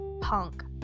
punk